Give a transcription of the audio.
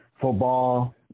football